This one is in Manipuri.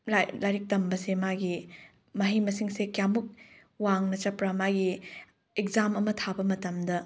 ꯂꯥꯏꯔꯤꯛ ꯇꯝꯕꯁꯦ ꯃꯥꯒꯤ ꯃꯍꯩ ꯃꯁꯤꯡꯁꯤꯡꯁꯦ ꯀꯌꯥꯃꯨꯛ ꯋꯥꯡꯅ ꯆꯠꯄ꯭ꯔꯥ ꯃꯥꯒꯤ ꯑꯦꯛꯖꯥꯝ ꯑꯃ ꯊꯥꯕ ꯃꯇꯝꯗ